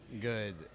good